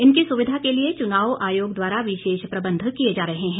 इनकी सुविधा के लिए चुनाव आयोग द्वारा विशेष प्रबंध किए जा रहे हैं